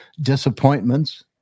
Disappointments